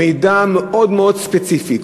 מידע מאוד ספציפי,